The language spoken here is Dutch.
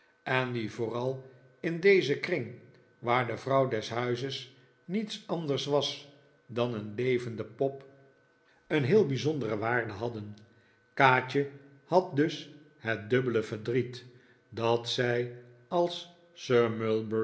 en die vooral in dezen kring waar de vrouw des huizes niets anders was dan een levende pop een heel bijzondere waarde had den kaatje had dus het dubbele verdriet dat zij als